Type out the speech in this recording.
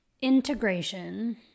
Integration